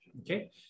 Okay